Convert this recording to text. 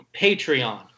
Patreon